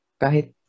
Kahit